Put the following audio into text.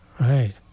Right